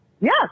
Yes